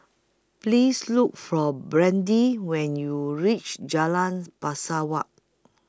Please Look For Brandi when YOU REACH Jalan Pesawat